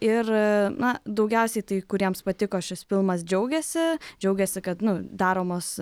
ir na daugiausiai tai kuriems patiko šis filmas džiaugiasi džiaugiasi kad nu daromos